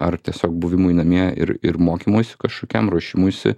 ar tiesiog buvimui namie ir ir mokymuisi kažkokiam ruošimuisi